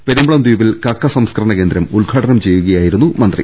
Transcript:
പെരുമ്പളം ദ്വീപിൽ കക്ക സംസ്കരണ കേന്ദ്രം ഉദ്ഘാടനം ചെയ്യുകയായിരുന്നു മന്ത്രി